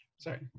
sorry